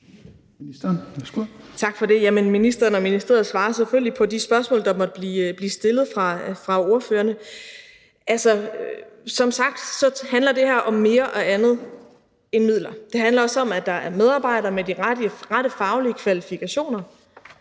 ministeren og ministeriet svarer selvfølgelig på de spørgsmål, der måtte blive stillet af ordførerne. Som sagt handler det her om mere og andet end midler. Det handler også om, at der er medarbejdere med de rette faglige kvalifikationer,